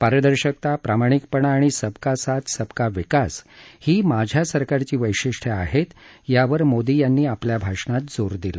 पारदर्शकता प्रामाणिकपणा आणि सब का साथ सबका विकास ही माझ्य्या सरकारची वैशिष्ट्यं आहेत यावर मोदी यांनी जोर दिला